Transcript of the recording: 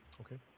okay